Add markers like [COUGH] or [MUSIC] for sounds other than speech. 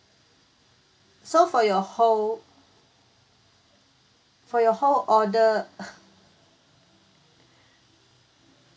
so for your whole for your whole order [LAUGHS]